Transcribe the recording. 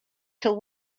till